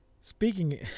Speaking